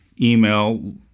email